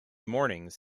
mornings